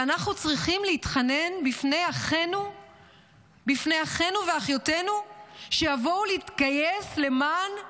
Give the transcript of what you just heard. ואנחנו צריכים להתחנן בפני אחינו ואחיותינו שיבואו להתגייס למען קיומה,